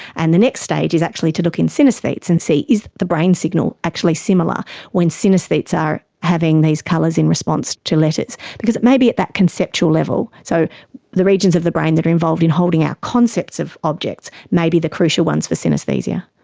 and the next stage is actually to look in synaesthetes and see, is the brain signal actually similar when synaesthetes are having these colours in response to letters. because it may be at that conceptual level, so the regions of the brain that are involved in holding our concepts of objects may be the crucial ones for synaesthesia.